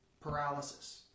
paralysis